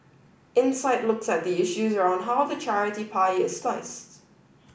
insight looks at the issues around how the charity pie is sliced